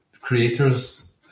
creators